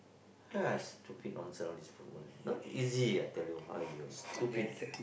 ya stupid nonsense all these footballer not easy I tell you !aiyo! stupid